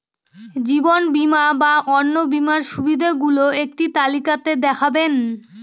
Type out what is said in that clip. জীবন বা অন্ন বীমার সুবিধে গুলো একটি তালিকা তে দেখাবেন?